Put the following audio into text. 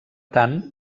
tant